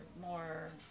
more